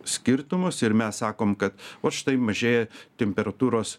skirtumus ir mes sakom kad vat štai mažėja temperatūros